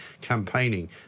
campaigning